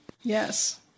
Yes